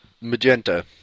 magenta